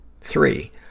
Three